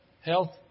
health